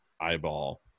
eyeball